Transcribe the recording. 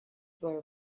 were